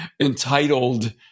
entitled